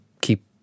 keep